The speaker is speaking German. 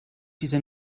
dieser